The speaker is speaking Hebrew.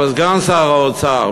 אבל סגן שר האוצר,